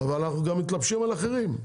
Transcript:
אבל אנחנו גם מתלבשים על אחרים.